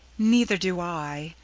neither do i,